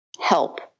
help